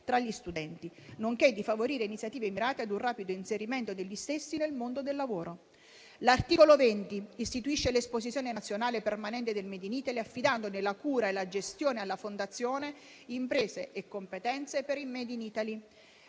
tra gli studenti, nonché di favorire iniziative mirate ad un rapido inserimento degli stessi nel mondo del lavoro. L'articolo 20 istituisce l'esposizione nazionale permanente del *made in Italy,* affidandone la cura e la gestione alla Fondazione Imprese e competenze per il *made in Italy.*